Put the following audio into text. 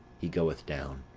he goeth down.